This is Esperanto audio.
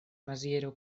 maziero